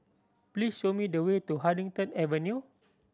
please show me the way to Huddington Avenue